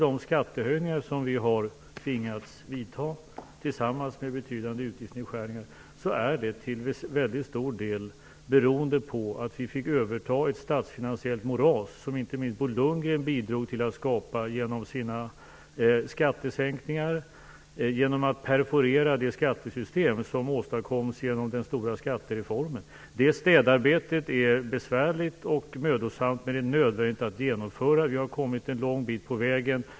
De skattehöjningar som vi har tvingats vidta tillsammans med betydande utgiftsnedskärningar beror till stor del på att vi fick överta ett statsfinansiellt moras, som inte minst Bo Lundgren bidrog till att skapa genom sina skattesänkningar och genom att perforera det skattesystem som åstadkoms genom den stora skattereformen. Detta städarbete är besvärligt och mödosamt, men det är nödvändigt att genomföra. Vi har kommit en lång bit på vägen.